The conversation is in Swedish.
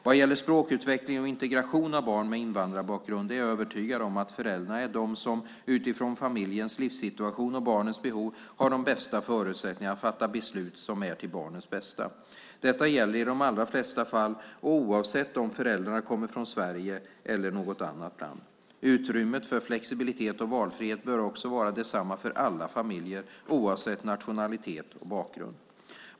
Vad gäller språkutveckling och integration av barn med invandrarbakgrund är jag övertygad om att föräldrarna är de som, utifrån familjens livssituation och barnets behov, har de bästa förutsättningarna att fatta beslut som är till barnets bästa. Detta gäller i de allra flesta fall, oavsett om föräldrarna kommer från Sverige eller något annat land. Utrymmet för flexibilitet och valfrihet bör också vara detsamma för alla familjer, oavsett nationalitet och bakgrund.